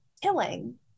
killing